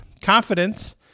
Confidence